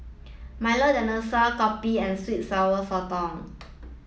Milo Dinosaur Kopi and sweet and sour sotong